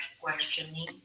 questioning